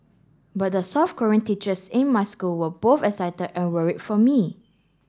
but the South Korean teachers in my school were both excited and worried for me